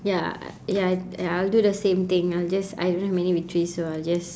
ya ya ya I'll do the same thing I'll just I don't have many victories so I'll just